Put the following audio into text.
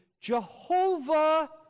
Jehovah